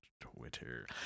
Twitter